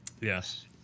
Yes